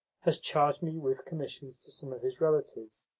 has charged me with commissions to some of his relatives.